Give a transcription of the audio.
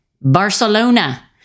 Barcelona